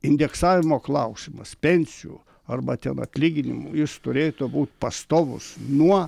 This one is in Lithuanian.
indeksavimo klausimas pensijų arba ten atlyginimų jis turėtų būti pastovus nuo